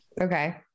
okay